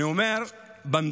אני אומר שבמדינה,